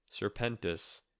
Serpentis